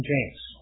James